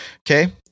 Okay